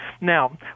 now